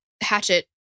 hatchet